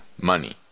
money